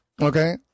Okay